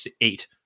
eight